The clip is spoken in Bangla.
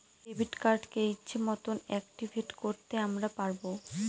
ডেবিট কার্ডকে ইচ্ছে মতন অ্যাকটিভেট করতে আমরা পারবো